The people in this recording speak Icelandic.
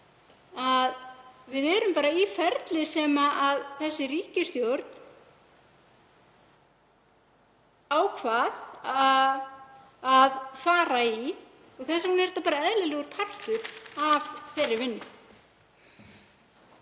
við erum bara í ferli sem þessi ríkisstjórn ákvað að fara í og þess vegna er þetta eðlilegur partur af þeirri vinnu.